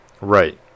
Right